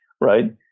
right